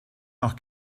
nach